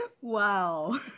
Wow